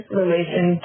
relation